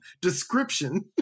description